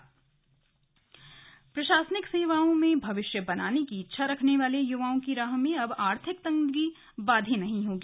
slug coaching centre प्रशासनिक सेवाओं में भविष्य बनाने की इच्छा रखने वाले युवाओं की राह में अब आर्थिक तंगी बाधा नहीं बनेगी